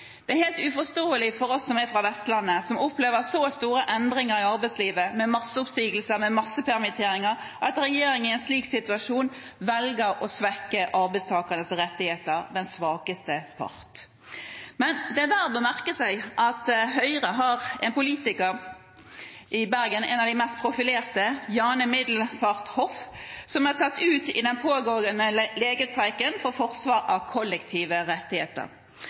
Det er helt uforståelig for oss som er fra Vestlandet, som opplever så store endringer i arbeidslivet, med masseoppsigelser og massepermitteringer, at regjeringen i en slik situasjon velger å svekke arbeidstakernes rettigheter – den svakeste part. Men det er verdt å merke seg at Høyre har en politiker i Bergen, en av de mest profilerte, Jana Midelfart Hoff, som er tatt ut i den pågående legestreiken for forsvar av kollektive rettigheter.